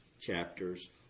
chapters